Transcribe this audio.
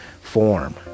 form